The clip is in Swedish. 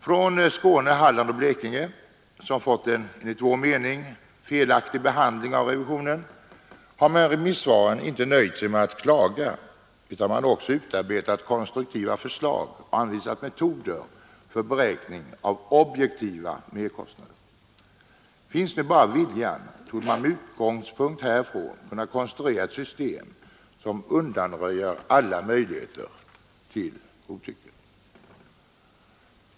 Från Skåne, Halland och Blekinge, som har fått en enligt vår mening felaktig behandling av revisionen, har länsavdelningarna i remissvaren inte nöjt sig med att klaga, utan de har också utarbetat konstruktiva förslag och anvisat metoder för beräkning av objektiva merkostnader. Finns bara viljan, torde man med utgångspunkt härifrån kunna konstruera ett system som undanröjer alla möjligheter till godtycke.